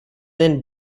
then